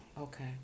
Okay